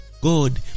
God